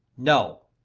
no.